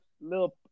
little